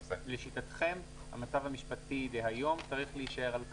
לשיטתכם המצב המשפטי של היום צריך להישאר על כנו,